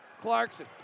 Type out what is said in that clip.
Clarkson